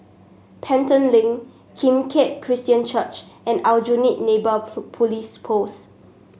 Pelton Link Kim Keat Christian Church and Aljunied Neighbour Police Post